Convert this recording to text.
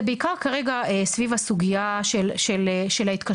זה בעיקר כרגע סביב הסוגייה של ההתקשרויות,